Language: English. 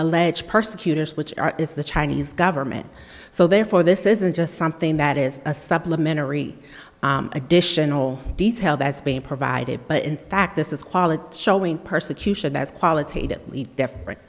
alleged persecutors which is the chinese government so therefore this isn't just something that is a supplementary additional detail that's being provided but in fact this is quality showing persecution that's qualitatively different